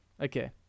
Okay